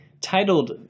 titled